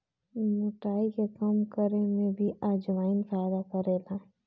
मोटाई के कम करे में भी अजवाईन फायदा करेला